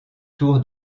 tour